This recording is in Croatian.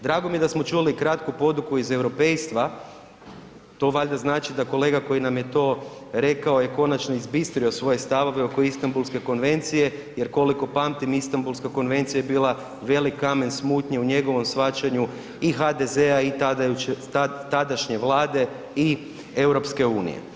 Drago mi je da smo čuli kratku poduku iz europejstva, to valjda znači da kolega koji nam je to rekao je konačno izbistrio svoje stavove oko Istambulske konvencije jer koliko pamtim, Istambulska konvencija je bila velik kamen smutnje u njegovom shvaćanju i HDZ-a i tadašnje vlade i EU.